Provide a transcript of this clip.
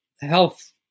health